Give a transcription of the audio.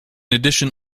addition